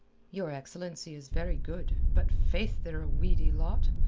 your excellency is very good. but, faith, they're a weedy lot,